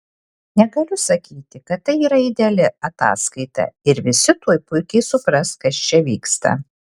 negaliu sakyti kad tai yra ideali ataskaita ir visi tuoj puikiai supras kas čia vyksta